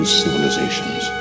civilizations